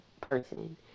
person